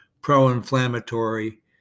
pro-inflammatory